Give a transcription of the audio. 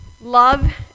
Love